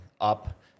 up